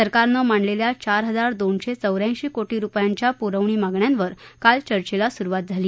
सरकारने मांडलेल्या चार हजार दोनशे चौऱ्यांशी कोटी रुपयांच्या पुरवणी मागण्यांवर काल चर्चेला सुरुवात झाली